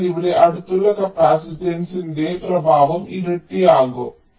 അതിനാൽ ഇവിടെ അടുത്തുള്ള കപ്പാസിറ്റൻസിന്റെ പ്രഭാവം ഇരട്ടിയാകും